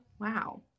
wow